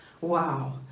wow